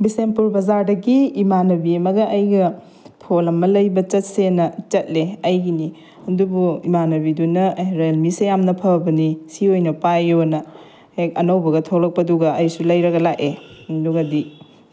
ꯕꯤꯁꯦꯝꯄꯨꯔ ꯕꯖꯥꯔꯗꯒꯤ ꯏꯃꯥꯟꯅꯕꯤ ꯑꯃꯒ ꯑꯩꯒ ꯐꯣꯟ ꯑꯃ ꯂꯩꯕ ꯆꯠꯁꯦꯅ ꯆꯠꯂꯦ ꯑꯩꯒꯤꯅꯤ ꯑꯗꯨꯕꯨ ꯏꯃꯥꯟꯅꯕꯤꯗꯨꯅ ꯑꯦ ꯔꯤꯌꯦꯜꯃꯤꯁꯦ ꯌꯥꯝꯅ ꯐꯕꯅꯤ ꯁꯤ ꯑꯣꯏꯅ ꯄꯥꯏꯌꯨꯅ ꯍꯦꯛ ꯑꯅꯧꯕꯒ ꯊꯣꯛꯂꯛꯄꯗꯨꯒ ꯑꯩꯁꯨ ꯂꯩꯔꯒ ꯂꯥꯛꯑꯦ ꯑꯗꯨꯒꯗꯤ